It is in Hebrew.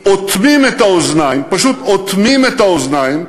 אוטמים את האוזניים, פשוט אוטמים את האוזניים,